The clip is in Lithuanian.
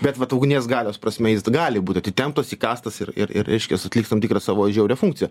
bet vat ugnies galios prasme jis gali būt atitemptas įkastas ir ir ir reiškias atliks tam tikrą savo žiaurią funkciją